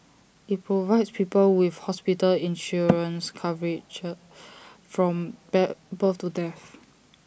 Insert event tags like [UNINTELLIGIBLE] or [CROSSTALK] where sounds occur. IT provides people with hospital insurance cover [UNINTELLIGIBLE] [NOISE] from bear both to death